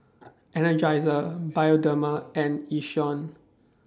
Energizer Bioderma and Yishion